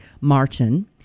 Martin